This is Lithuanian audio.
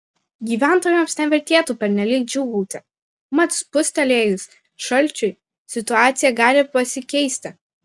gyventojams nevertėtų pernelyg džiūgauti mat spustelėjus šalčiui situacija gali pasikeisti